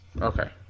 Okay